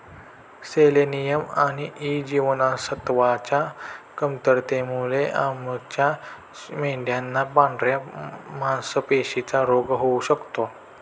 selenium आणि E जीवनसत्वच्या कमतरतेमुळे आपल्या मेंढयांना पांढऱ्या मासपेशींचा रोग होऊ शकतो